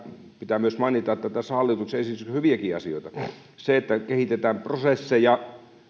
pitää myös mainita että tässä hallituksen esityksessä on hyviäkin asioita kehitetään prosesseja